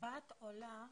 בת עולה בודדה,